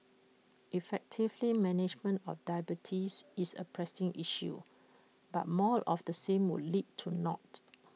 effective management of diabetes is A pressing issue but more of the same would lead to naught